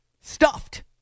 stuffed